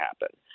happen